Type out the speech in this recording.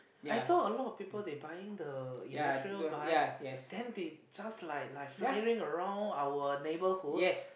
I saw a lot of people they buying the electric bike then they just like like flying around our neighborhood